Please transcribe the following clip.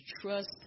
trust